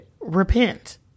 repent